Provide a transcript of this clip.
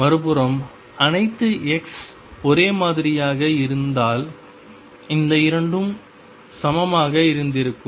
மறுபுறம் அனைத்து x ஒரே மாதிரியாக இருந்திருந்தால் இந்த இரண்டும் சமமாக இருந்திருக்கும்